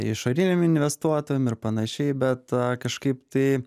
išoriniam investuotojam ir panašiai bet a kažkaip tai